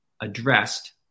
addressed